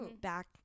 back